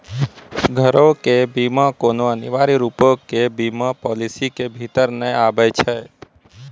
घरो के बीमा कोनो अनिवार्य रुपो के बीमा पालिसी के भीतर नै आबै छै